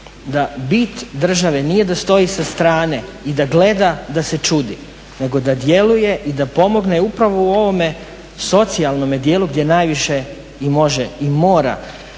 da bit države nije da stoji sa strane i da gleda da se čudi, nego da djeluje i da pomogne upravo u ovome socijalnome dijelu gdje najviše i može i mora